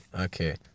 okay